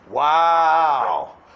Wow